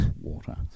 water